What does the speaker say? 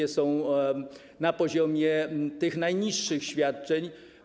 One są na poziomie tych najniższych świadczeń.